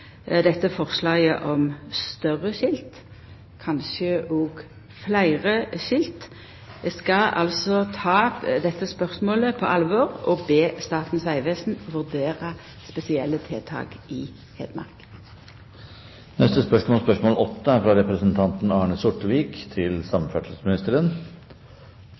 forslaget om større skilt, kanskje òg fleire skilt. Eg skal altså ta dette spørsmålet på alvor og be Statens vegvesen vurdera spesielle tiltak i Hedmark. Dette er et spørsmål